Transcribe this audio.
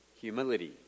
Humility